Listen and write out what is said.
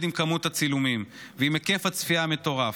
עם כמות הצילומים ועם היקף הצפייה המטורף,